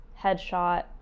headshot